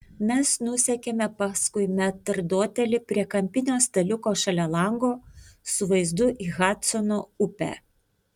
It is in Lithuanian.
mes nusekėme paskui metrdotelį prie kampinio staliuko šalia lango su vaizdu į hadsono upę